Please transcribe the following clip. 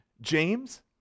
James